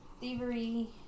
thievery